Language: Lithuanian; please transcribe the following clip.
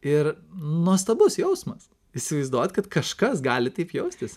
ir nuostabus jausmas įsivaizduot kad kažkas gali taip jaustis